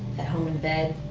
at home in bed.